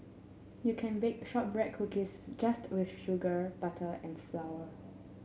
you can bake shortbread cookies just with sugar butter and flour